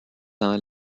ans